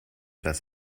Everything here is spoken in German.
das